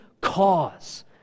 cause